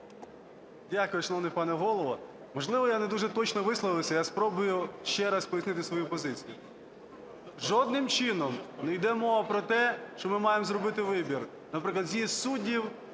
Дякую, шановний пане Голово. Можливо, я не дуже точно висловився. Я спробую ще раз пояснити свою позицію. Жодним чином не йде мова про те, що ми маємо зробити вибір: наприклад, з'їзд суддів